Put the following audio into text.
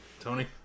Tony